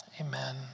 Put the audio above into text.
Amen